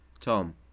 Tom